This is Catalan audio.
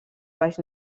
baix